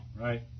right